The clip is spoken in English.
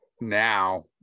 Now